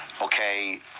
okay